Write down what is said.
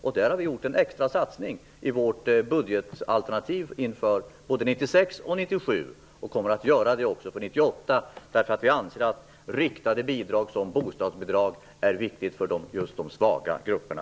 Vi kristdemokrater gör en extra satsning på detta i vårt budgetalternativ för både 1996 och 1997, och vi kommer att göra det också för 1998. Vi anser nämligen att riktade bidrag som bostadsbidragen är viktiga för just de svaga grupperna.